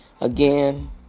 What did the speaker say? Again